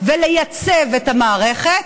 ולייצב את המערכת,